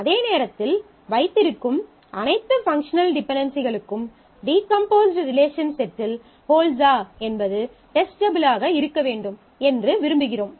அதே நேரத்தில் வைத்திருக்கும் அனைத்து பங்க்ஷனல் டிபென்டென்சிகளும் டீகம்போஸ்ட் ரிலேஷன் செட்டில் ஹோல்ட்ஸா என்பது டெஸ்டபில் ஆக இருக்க வேண்டும் என்று விரும்புகிறோம்